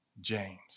James